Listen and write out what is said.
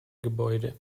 gebäude